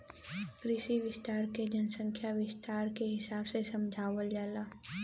कृषि विस्तार के जनसंख्या विस्तार के हिसाब से समझावल जाला